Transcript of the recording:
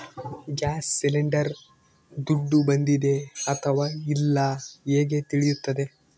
Gas cylinder ದುಡ್ಡು ಬಂದಿದೆ ಅಥವಾ ಇಲ್ಲ ಹೇಗೆ ತಿಳಿಯುತ್ತದೆ?